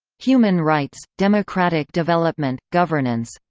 human rights democratic development governance